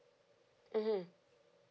mmhmm